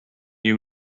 you